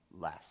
less